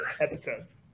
Episodes